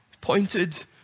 Pointed